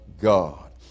God